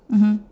mmhmm